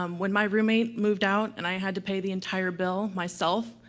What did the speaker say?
um when my roommate moved out and i had to pay the entire bill myself,